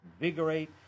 invigorate